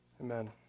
Amen